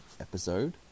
episode